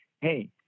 hey